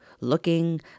looking